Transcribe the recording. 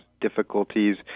difficulties